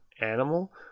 animal